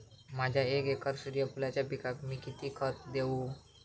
माझ्या एक एकर सूर्यफुलाच्या पिकाक मी किती खत देवू?